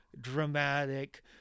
dramatic